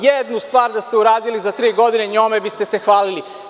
Jednu stvar da ste uradili za tri godine njome biste se hvalili.